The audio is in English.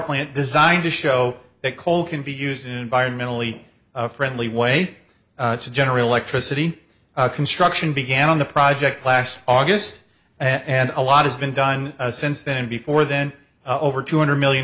plant designed to show that coal can be used in environmentally friendly way to generate electricity construction began on the project last august and a lot has been done since then before then over two hundred million